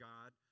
God